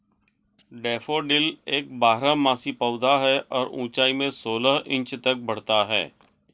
daffodil एक बारहमासी पौधा है और ऊंचाई में सोलह इंच तक बढ़ता है